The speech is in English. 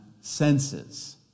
senses